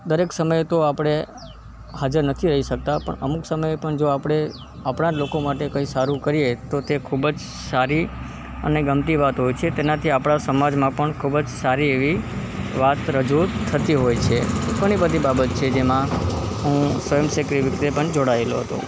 દરેક સમયે તો આપણે હાજર નથી રહી શકતા પણ અમુક સમયે પણ જો આપણે આપણાં જ લોકો માટે કંઈ સારું કરીએ તો તે ખૂબ જ સારી અને ગમતી વાત હોય છે તેનાથી આપણાં સમાજમાં પણ ખૂબ જ સારી એવી વાત રજૂ થતી હોય છે ઘણી બધી બાબત છે જેમાં હું સ્વયંસેવક એવી રીતે પણ જોડાયેલો હતો